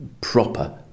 proper